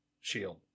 shield